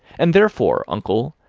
and therefore, uncle,